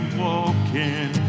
walking